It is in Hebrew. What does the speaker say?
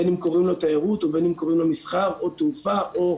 בין אם קוראים לו תיירות ובין אם קוראים לו מחסר או תעופה או,